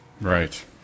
right